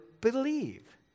believe